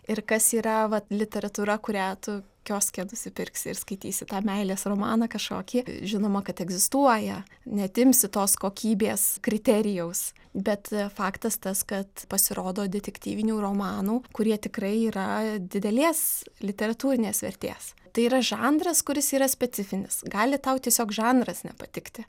ir kas yra literatūra kurią tu kioske nusipirksi ir skaitysi tą meilės romaną kažkokį žinoma kad egzistuoja neatimsi tos kokybės kriterijaus bet faktas tas kad pasirodo detektyvinių romanų kurie tikrai yra didelės literatūrinės vertės tai yra žanras kuris yra specifinis gali tau tiesiog žanras nepatikti